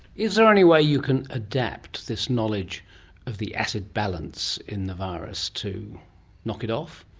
is there any way you can adapt this knowledge of the acid balance in the virus to knock it off,